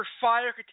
fire